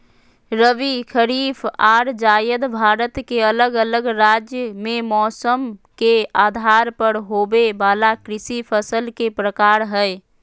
रबी, खरीफ आर जायद भारत के अलग अलग राज्य मे मौसम के आधार पर होवे वला कृषि फसल के प्रकार हय